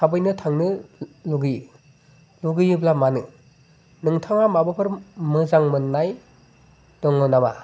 थाबैनो थांनो लुगैयो लुगैयोब्ला मानो नोंथाङा माबाफोर मोजां मोननाय दङ नामा